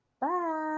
Bye